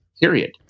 Period